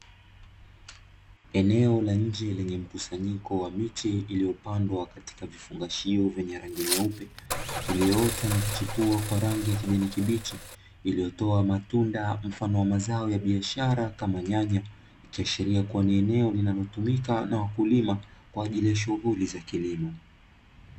Eneo la nje lenye mkusanyiko wa miche iliyopandwa katika vifungashio vyenye rangi nyeupe, iliyoota na kuchepua kwa rangi ya kijani kibichi iliyotoa matunda mfano wa mazao ya biashara kama nyanya. Ikiashiria ni eneo linalotumika na wakulima kwa ajili ya shughuli za kilimo.